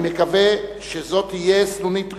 אני מקווה שזו תהיה סנונית ראשונה,